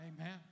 Amen